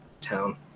town